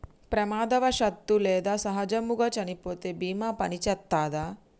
ప్రమాదవశాత్తు లేదా సహజముగా చనిపోతే బీమా పనిచేత్తదా?